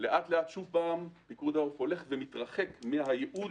אבל לאט-לאט פיקוד העורף הולך ומתרחק מהייעוד